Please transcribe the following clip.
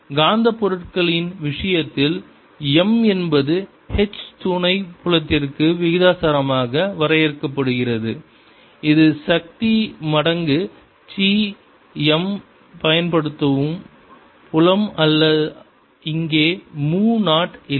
காந்தப் பொருட்களின் விஷயத்தில் m என்பது H துணைப் புலத்திற்கு விகிதாசாரமாக வரையறுக்கப்படுகிறது இது சக்தி மடங்கு சி m பயன்படுத்தும் புலம் அல்ல இங்கே மு 0 இல்லை